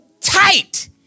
tight